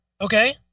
Okay